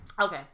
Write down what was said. Okay